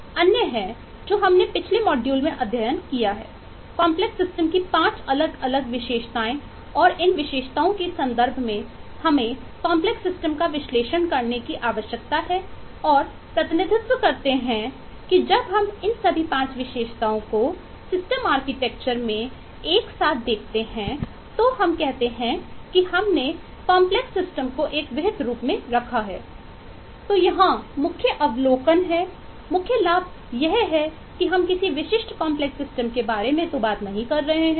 अन्य है जो हमने पिछले मॉड्यूल में अध्ययन किया है कॉम्प्लेक्स सिस्टम के बारे में बात नहीं कर रहे हैं